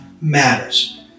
matters